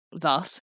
Thus